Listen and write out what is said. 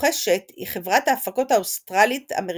הרוכשת היא חברת ההפקות האוסטרלית-אמריקנית